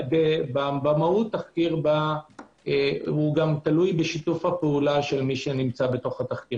במהות תחקיר הוא גם תלוי בשיתוף הפעולה של מי שבתחקיר.